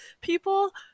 people